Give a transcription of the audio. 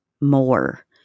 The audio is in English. more